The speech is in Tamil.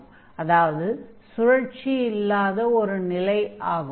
அதாவது சுழற்சி இல்லாத ஒரு நிலை ஆகும்